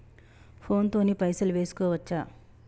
Phone తోని పైసలు వేసుకోవచ్చా?